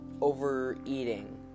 overeating